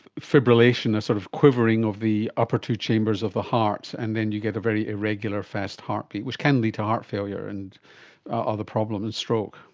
fibrillation, a sort of quivering of the upper two chambers of the heart, and then you get a very irregular fast heartbeat, which can lead to heart failure and other problems, and stroke.